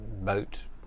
boat